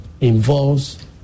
involves